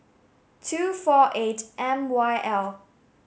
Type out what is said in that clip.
two four eight M Y L